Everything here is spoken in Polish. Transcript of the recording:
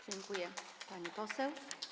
Dziękuję, pani poseł.